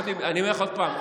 אני אומר לך עוד פעם,